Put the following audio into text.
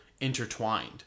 intertwined